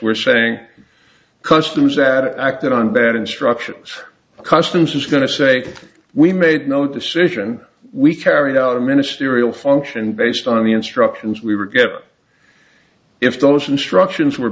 we're saying customs that acted on bad instructions customs is going to say we made no decision we carried out a ministerial function based on the instructions we were given if those instructions were